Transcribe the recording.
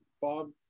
Bob